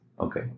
Okay